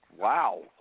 Wow